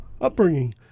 upbringing